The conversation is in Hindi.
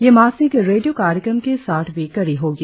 यह मासिक रेडियों कार्यक्रम की साठवी कड़ी होगी